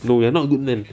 no you are not a good man